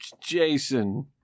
Jason